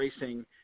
Racing